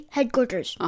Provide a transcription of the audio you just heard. Headquarters